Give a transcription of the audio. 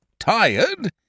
Tired